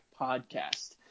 podcast